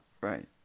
right